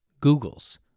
Googles